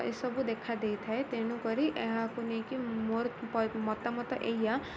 ଏସବୁ ଦେଖା ଦେଇଥାଏ ତେଣୁ କରି ଏହାକୁ ନେଇକି ମୋର ମତାମତ ଏଇଆ